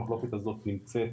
המחלוקת הזאת נמצאת